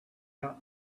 jump